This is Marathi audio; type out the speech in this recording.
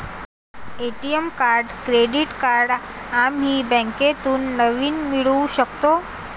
ए.टी.एम कार्ड क्रेडिट कार्ड आम्ही बँकेतून नवीन मिळवू शकतो